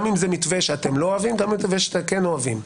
לא משנה אם זה מתווה שאתם אוהבים או לא אוהבים,